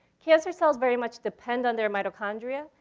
cancer cells very much depend on their mitochondria,